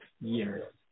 years